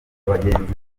bagenzi